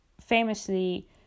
Famously